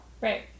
Right